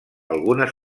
algunes